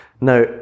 Now